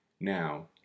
now